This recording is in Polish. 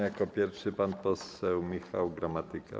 Jako pierwszy pan poseł Michał Gramatyka.